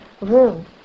room